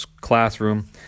classroom